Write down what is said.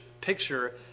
picture